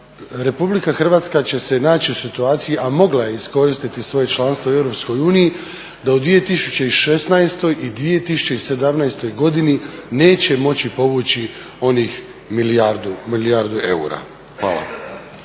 Republika Hrvatska će se naći u situaciji a mogla je iskoristiti svoje članstvo u EU da u 2016. i 2017. godini neće moći povući onih milijardu eura. Hvala.